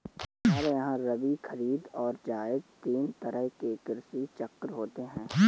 हमारे यहां रबी, खरीद और जायद तीन तरह के कृषि चक्र होते हैं